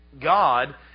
God